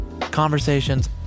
Conversations